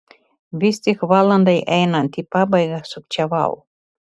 vis tik valandai einant į pabaigą sukčiavau